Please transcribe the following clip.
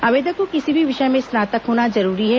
आवेदक को किसी भी विषय में स्नातक होना जरूरी है